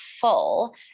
full